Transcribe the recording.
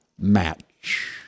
match